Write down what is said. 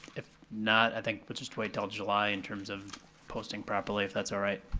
if not, i think let's just wait til july in terms of posting properly, if that's alright.